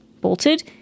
bolted